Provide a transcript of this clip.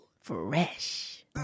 Fresh